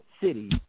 city